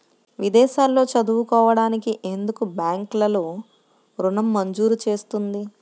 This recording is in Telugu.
విదేశాల్లో చదువుకోవడానికి ఎందుకు బ్యాంక్లలో ఋణం మంజూరు చేస్తుంది?